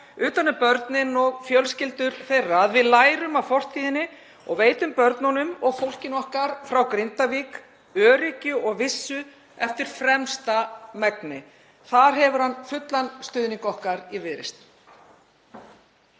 utan um börnin og fjölskyldur þeirra, að við lærum af fortíðinni og veitum börnunum og fólkinu okkar frá Grindavík öryggi og vissu eftir fremsta megni. Þar hefur hann fullan stuðning okkar í Viðreisn.